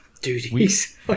duties